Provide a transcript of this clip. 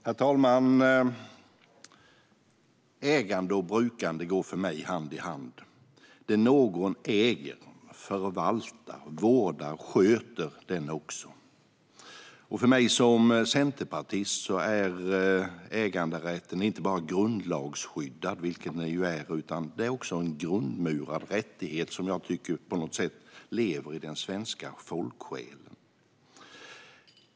Herr talman! Ägande och brukande går för mig hand i hand. Det någon äger förvaltar och sköter den också. För mig som centerpartist är äganderätten inte bara grundlagsskyddad - vilket den ju är - utan också en grundmurad rättighet som jag tycker på något sätt lever i den svenska folksjälen.